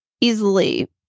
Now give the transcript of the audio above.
easily